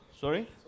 Sorry